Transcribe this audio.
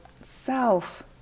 self